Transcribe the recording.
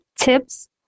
tips